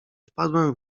wpadłem